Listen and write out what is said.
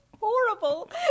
Horrible